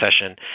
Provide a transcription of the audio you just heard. session